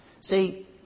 See